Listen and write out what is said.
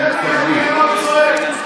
תראה מה הוא צועק.